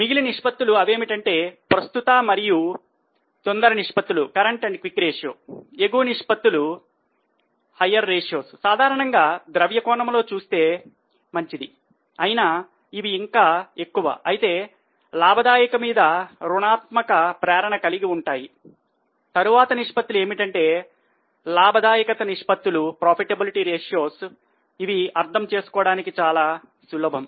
మిగిలిన నిష్పత్తులు అవేమిటంటే ప్రస్తుత మరియు తొందర నిష్పత్తులు అర్థం చేసుకోవడానికి చాలా సులభం